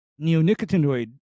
neonicotinoid